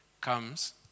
comes